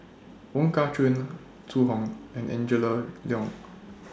Wong Kah Chun Zhu Hong and Angela Liong